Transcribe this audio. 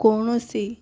କୌଣସି